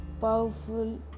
powerful